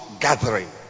gathering